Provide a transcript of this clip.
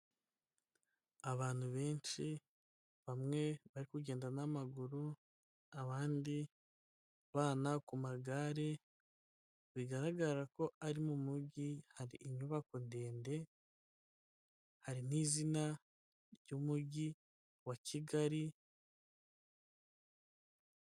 Abantu benshi bamwe bari kugenda n'amaguru, abandi bana ku magare bigaragara ko ari mu mujyi, hari inyubako ndende, hari n'izina ry'umujyi wa Kigali.